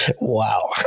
Wow